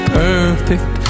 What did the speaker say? perfect